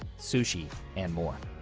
sushi, and more.